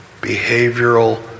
behavioral